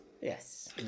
Yes